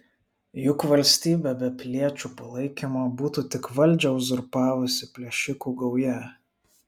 juk valstybė be piliečių palaikymo būtų tik valdžią uzurpavusi plėšikų gauja